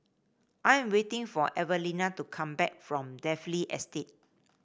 I am waiting for Evelina to come back from Dalvey Estate